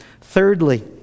Thirdly